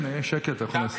הינה, יש שקט, אתה יכול לסיים.